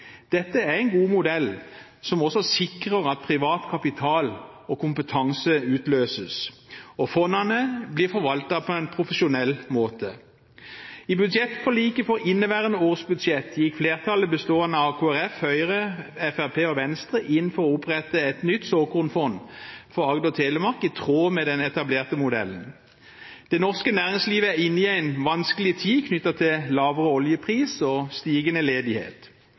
Dette er en god modell, som også sikrer at privat kapital og kompetanse utløses, og fondene blir forvaltet på en profesjonell måte. I budsjettforliket for inneværende års budsjett gikk flertallet, bestående av Kristelig Folkeparti, Høyre, Fremskrittspartiet og Venstre, inn for å opprette et nytt såkornfond for Agder/Telemark i tråd med den etablerte modellen. Det norske næringslivet er inne i en vanskelig tid knyttet til lavere oljepris og stigende ledighet.